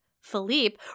Philippe